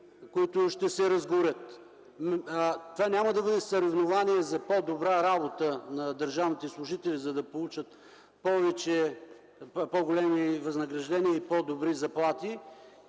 които ще се разгорят. Това няма да бъде съревнование за по-добра работа на държавните служители, за да получат по-големи възнаграждения и по-добри заплати,